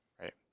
Right